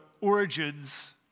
origins